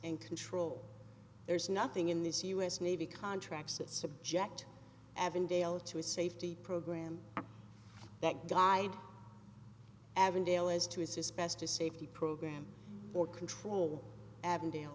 and control there's nothing in this u s navy contracts that subject avondale to a safety program that died avondale as to his best to safety program or control avondale